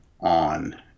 on